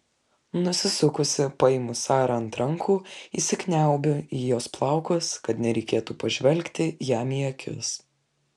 nusisukusi paimu sarą ant rankų įsikniaubiu į jos plaukus kad nereikėtų pažvelgti jam į akis